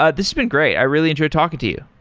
ah this has been great. i really enjoyed talking to you.